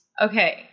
Okay